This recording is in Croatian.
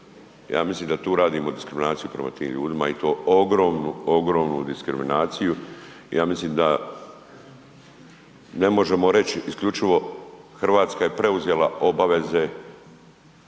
ja mislim da tu radimo diskriminaciju prema tim ljudima i to ogromnu, ogromnu diskriminaciju, ja mislim da ne možemo reći isključivo Hrvatska je preuzela obaveze